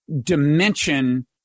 dimension